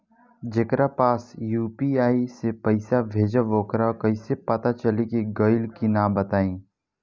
जेकरा पास यू.पी.आई से पईसा भेजब वोकरा कईसे पता चली कि गइल की ना बताई?